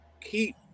keep